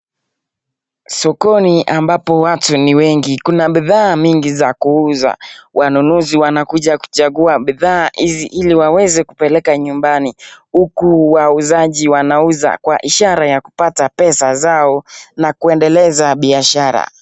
Sokoni ambapo watu ni wengi kuna bidhaa mingi za kuuza. Wanunuzi wanakuja kuchagua bidhaa hizi ili waweze kupeleka nyumbani. Huku wauzaji wanauza kwa ishara ya kupata pesa zao na kuendeleza biashara.